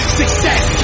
success